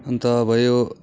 अन्त भयो